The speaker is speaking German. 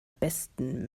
besten